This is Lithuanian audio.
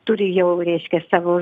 turi jau reiškia savo